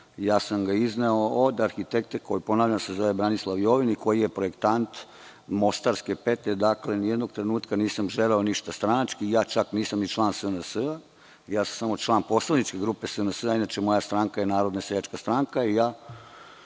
ja sam ga izneo od arhitekte koji se zove Branislav Jovin i koji je projektant „Mostarske petlje“ i ni jednog trenutka nisam želeo ništa stranački, a ja čak nisam ni član SNS, ja sam samo član poslaničke grupe, a moja stranka je Narodna seljačka stranka i ja